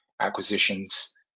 acquisitions